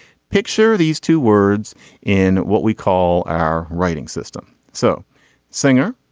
picture these two words in what we call our writing system so singer